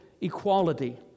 equality